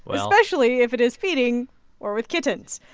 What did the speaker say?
especially if it is feeding or with kittens.